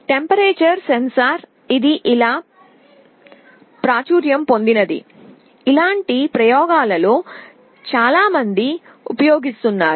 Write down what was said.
temperature sensor ఇది చాలా ప్రాచుర్యం పొందినది ఇలాంటి ప్రయోగాలలో చాలామంది ఉపయోగిస్తున్నారు